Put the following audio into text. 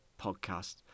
podcast